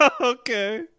Okay